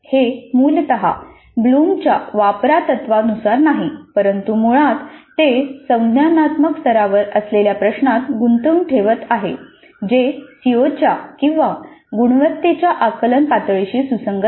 हे मूलत ब्लूमच्या वापरा' तत्त्वानुसार नाही परंतु मुळात ते संज्ञानात्मक स्तरावर असलेल्या प्रश्नात गुंतवून ठेवत आहे जे सीओच्या किंवा गुणवत्तेच्या आकलन पातळीशी सुसंगत आहे